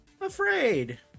afraid